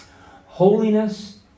Holiness